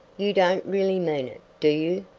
you don't really mean it, do you?